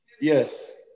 Yes